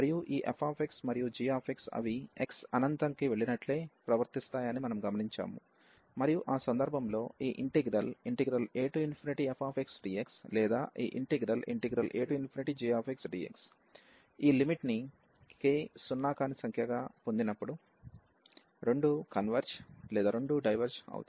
మరియు ఈ fx మరియు gx అవి x అనంతం కి వెళ్ళినట్లే ప్రవర్తిస్తాయని మనము గమనించాము మరియు ఆ సందర్భంలో ఈ ఇంటిగ్రల్ afxdx లేదా ఈ ఇంటిగ్రల్ agxdx ఈ లిమిట్ ని k సున్నా కాని సంఖ్యగా పొందినప్పుడు రెండూ కన్వెర్జ్ లేదా రెండూ డైవెర్జ్ అవుతాయి